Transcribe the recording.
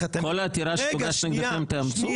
כל עתירה שתוגש נגדכם תאמצו?